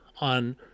on